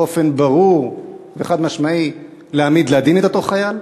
באופן ברור וחד-משמעי, להעמיד לדין את אותו חייל?